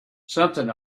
something